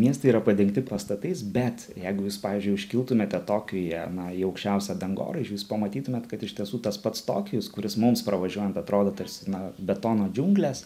miestai yra padengti pastatais bet jeigu jūs pavyzdžiui užkiltumėte tokijuje na į aukščiausią dangoraižį jūs pamatytumėt kad iš tiesų tas pats tokijus kuris mums pravažiuojant atrodo tarsi na betono džiunglės